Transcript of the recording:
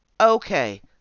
Okay